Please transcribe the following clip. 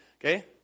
Okay